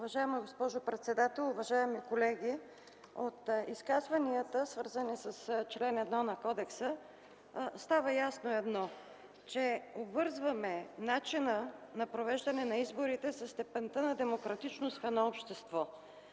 Уважаема госпожо председател, уважаеми колеги! От изказванията, свързани с чл. 1 на Кодекса, става ясно едно, че обвързваме начина на провеждане на изборите със степента на демократичност в едно общество.